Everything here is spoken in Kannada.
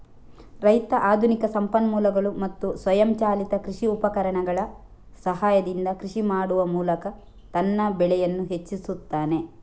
ರೈತ ಆಧುನಿಕ ಸಂಪನ್ಮೂಲಗಳು ಮತ್ತು ಸ್ವಯಂಚಾಲಿತ ಕೃಷಿ ಉಪಕರಣಗಳ ಸಹಾಯದಿಂದ ಕೃಷಿ ಮಾಡುವ ಮೂಲಕ ತನ್ನ ಬೆಳೆಯನ್ನು ಹೆಚ್ಚಿಸುತ್ತಾನೆ